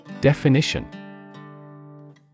Definition